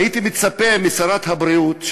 הייתי מצפה משרת הבריאות,